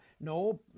no